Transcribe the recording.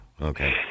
okay